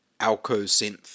AlcoSynth